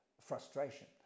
frustration